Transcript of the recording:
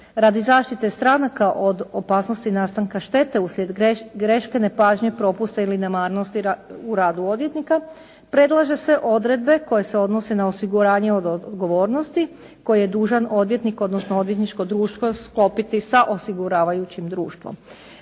Radi zaštite stranaka od opasnosti nastanka štete usred greške, nepažnje, propusta ili nemarnosti u radu odvjetnika predlažu se odredbe koje se odnose na osiguranje od odgovornosti koje je dužan odvjetnik, odnosno odvjetničko društvo sklopiti sa osiguravajućim društvom.